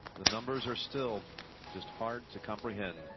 the numbers are still just hard to comprehend.